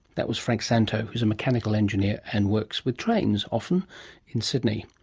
that was frank szanto who's a mechanical engineer and works with trains often in sydney.